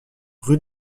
rue